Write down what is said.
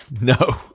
no